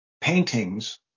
paintings